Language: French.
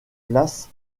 place